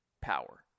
power